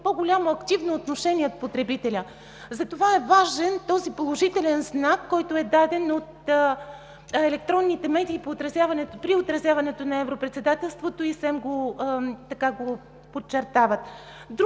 по-голямо и активно отношение от потребителя, затова е важен този положителен знак, който е даден от електронните медии при отразяването на Европредседателството, и СЕМ го подчертава.